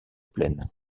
plaine